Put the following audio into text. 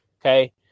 Okay